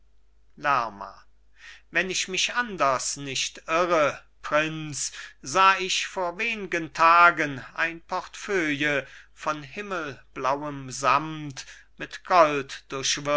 lerma wenn ich mich anders nicht irre prinz sah ich vor wengen tagen ein portefeuille von himmelblauem samt mit gold